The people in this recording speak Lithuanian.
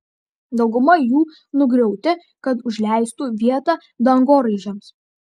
dauguma jų nugriauti kad užleistų vietą dangoraižiams